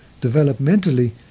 Developmentally